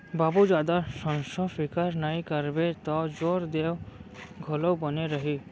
बाबू जादा संसो फिकर नइ करबे तौ जोर देंव घलौ बने रही